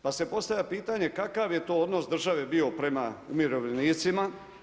Pa se postavlja pitanje kakav je to odnos države bio prema umirovljenicima?